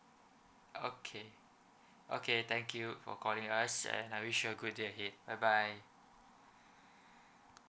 okay okay thank you for calling us and I wish you a good day bye bye